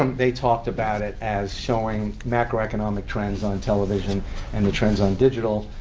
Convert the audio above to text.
um they talked about it as showing macroeconomic trends on television and the trends on digital.